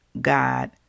God